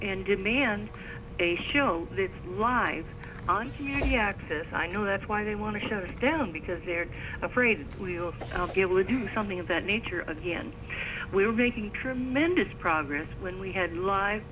in demand a show that lives on the axis i know that's why they want to show them because they're afraid we'll be able to do something of that nature again we're making tremendous progress when we had live